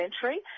century